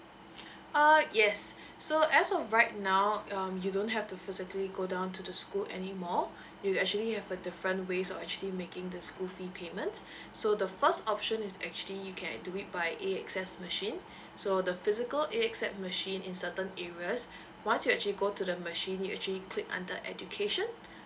uh yes so as of right now um you don't have to physically go down to the school anymore we actually have a different ways of actually making the school fee payment so the first option is actually you can do it by A_X_S machine so the physical A_X_S machine in certain areas once you actually go to the machine you actually click under education